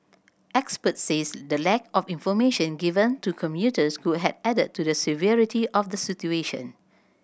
experts says the lack of information given to commuters could have added to the severity of the situation